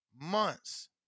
months